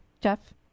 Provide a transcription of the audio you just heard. Jeff